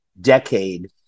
decade